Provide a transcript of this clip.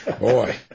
Boy